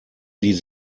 die